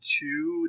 two